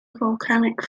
volcanic